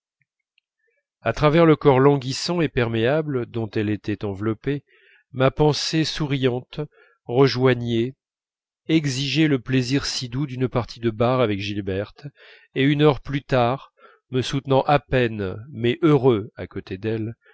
à travers le corps languissant et perméable dont elle était enveloppée ma pensée souriante rejoignait exigeait le plaisir si doux d'une partie de barres avec gilberte et une heure plus tard me soutenant à peine mais heureux à côté d'elle